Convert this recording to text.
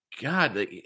God